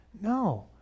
No